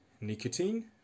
nicotine